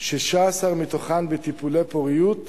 16 מתוכן בטיפולי פוריות,